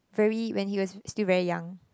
very when he was still very young